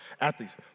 Athletes